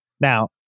Now